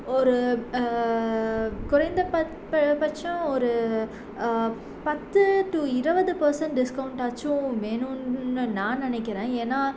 ஒரு குறைந்த பட்சம் ஒரு பத்து டு இருபது பர்சென்ட் டிஸ்கவுண்ட்டாச்சும் வேணும்னு நான் நினைக்கிறேன் ஏன்னா